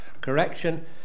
correction